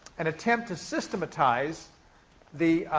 an attempt to systematize the